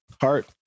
heart